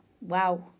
Wow